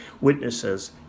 witnesses